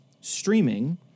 streaming